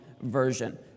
version